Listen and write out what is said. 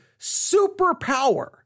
superpower